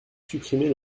supprimer